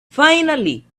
finally